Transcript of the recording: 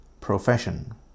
Profession